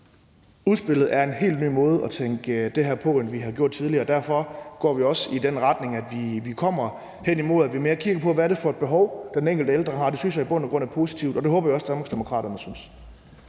Udspillet er en helt ny måde at tænke det her på i forhold til det, vi har gjort det tidligere. Derfor går vi også i den retning, at vi kommer hen imod, at vi mere kigger på, hvad det er for et behov, den enkelte ældre har. Det synes jeg i bund og grund er positivt, og det håber jeg også Danmarksdemokraterne synes.